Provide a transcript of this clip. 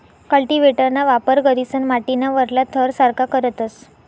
कल्टीव्हेटरना वापर करीसन माटीना वरला थर सारखा करतस